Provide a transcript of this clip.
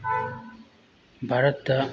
ꯚꯥꯔꯠꯇ